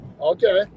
okay